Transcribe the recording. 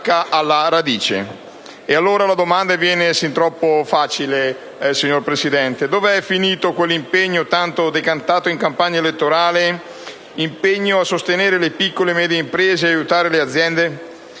La domanda allora viene fin troppo facile, signor Presidente: dov'è finito quell'impegno, tanto decantato in campagna elettorale, a sostenere le piccole e medie imprese e ad aiutare le aziende?